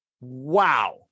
Wow